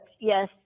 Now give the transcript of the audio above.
yes